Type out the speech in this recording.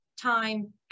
time